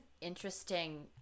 interesting